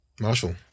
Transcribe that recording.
Marshall